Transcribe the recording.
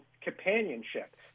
companionship